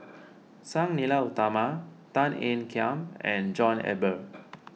Sang Nila Utama Tan Ean Kiam and John Eber